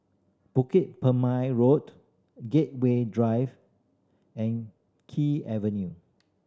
Bukit Purmei Road Gateway Drive and Kew Avenue